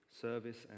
Service